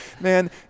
man